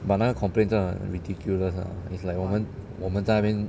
but 那个 complaint 真的很 ridiculous lah it's like 我们我们在那边